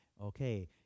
okay